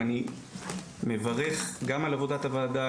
ואני מברך גם על עבודת הוועדה,